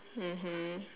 mmhmm